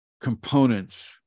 components